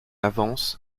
avance